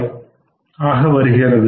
675 ஆக வருகிறது